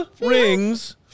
rings